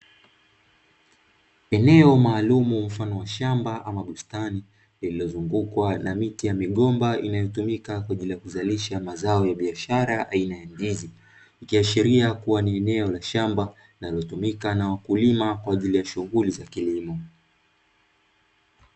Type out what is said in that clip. Eneo maalumu mfano wa shamba ama bustani lililozungukwa na miti ya migomba inayotumika kwa ajili ya kuzalisha mazao ya biashara aina ya ndizi, ikiashiria kuwa ni eneo la shamba linalotumika na wakulima kwa ajili ya shughuli za kilimo.